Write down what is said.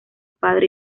padre